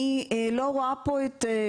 תמיד יש מה לשפר אבל אני לא מוכנה עכשיו להגיד,